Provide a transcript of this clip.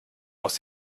aus